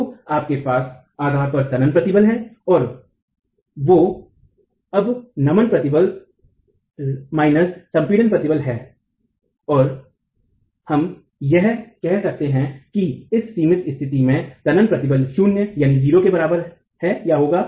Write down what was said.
जो आपके पास आधार पर तनन प्रतिबल है वो अब नमन प्रतिबल ऋण minus संपीड़ित प्रतिबल है और हम यह कह सकते है की इस सिमित स्तिथि में तनन प्रतिबल शून्य यानि जीरो के बराबर है या होगा